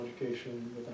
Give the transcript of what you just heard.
education